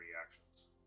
reactions